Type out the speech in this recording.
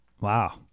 Wow